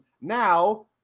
Now